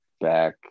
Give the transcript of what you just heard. back